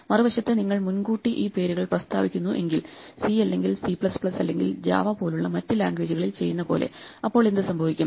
മറുവശത്ത് നിങ്ങൾ മുൻകൂട്ടി ഈ പേരുകൾ പ്രസ്താവിക്കുന്നു എങ്കിൽ C അല്ലെങ്കിൽ സി അല്ലെങ്കിൽ ജാവ പോലുള്ള മറ്റ് ലാംഗ്വേജുകളിൽ ചെയ്യുന്ന പോലെ അപ്പോൾ എന്ത് സംഭവിക്കും